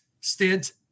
stint